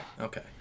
okay